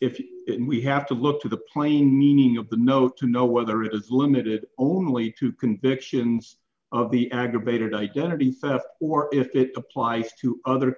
if we have to look to the plain meaning of the note to know whether it is limited only to convictions of the aggravated identity theft or if it applies to other